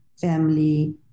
family